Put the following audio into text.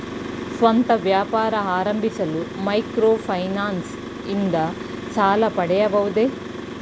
ಸ್ವಂತ ವ್ಯಾಪಾರ ಆರಂಭಿಸಲು ಮೈಕ್ರೋ ಫೈನಾನ್ಸ್ ಇಂದ ಸಾಲ ಪಡೆಯಬಹುದೇ?